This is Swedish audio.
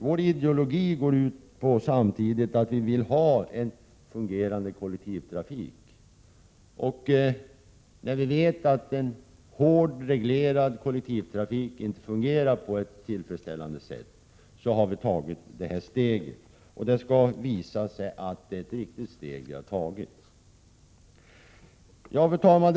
Vår ideologi går samtidigt ut på att vi vill ha en fungerande kollektivtrafik. Eftersom vi vet att en hårt reglerad kollektivtrafik inte fungerar på ett tillfredsställande sätt, har vi tagit detta steg. Det kommer att visa sig att vi har tagit ett riktigt steg. Fru talman!